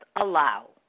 allow